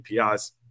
APIs